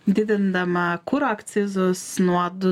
didindama kuro akcizus nuo du